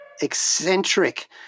Eccentric